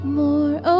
more